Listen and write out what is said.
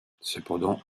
cependant